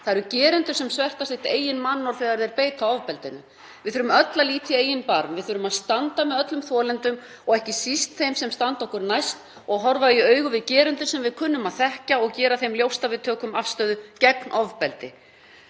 Það eru gerendur sem sverta sitt eigið mannorð þegar þeir beita ofbeldinu. Við þurfum öll að líta í eigin barm, við þurfum að standa með öllum þolendum, ekki síst þeim sem standa okkur næst, og horfast í augu við gerendur sem við kunnum að þekkja og gera þeim ljóst að við tökum afstöðu gegn ofbeldi.